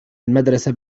المدرسة